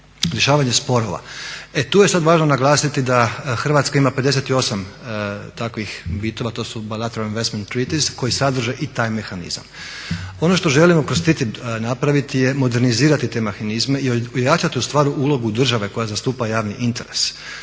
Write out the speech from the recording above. rješavanje sporova, e tu je sad važno naglasiti da Hrvatska ima 58 takvih bitova, to su …/Govornik govori engleski, ne razumije se./… koji sadrže i taj mehanizam. Ono što želimo kroz TTIP napraviti je modernizirati te mehanizme i ojačati u stvari ulogu države koja zastupa javni interes.